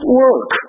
work